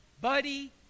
buddy